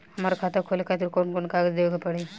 हमार खाता खोले खातिर कौन कौन कागज देवे के पड़ी?